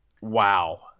Wow